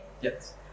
Yes